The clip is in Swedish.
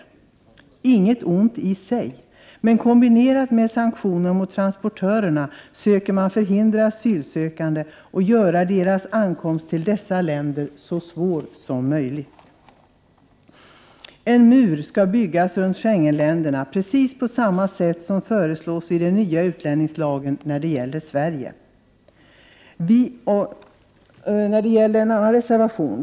Det är inget ont i sig, men kombinerat med sanktioner mot transportörerna söker man förhindra asylsökande och göra deras ankomst till dessa länder så svår som möjligt. En mur skall byggas runt Schengenländerna, precis på samma sätt som föreslås i den nya utlänningslagen när det gäller Sverige. Så några ord om en annan reservation.